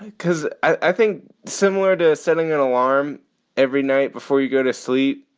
because i think similar to setting an alarm every night before you go to sleep.